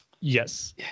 Yes